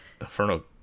Inferno